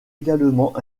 également